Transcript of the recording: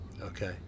okay